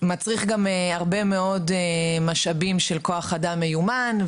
הנושא הזה מצריך הרבה מאוד משאבים של כוח אדם מיומן,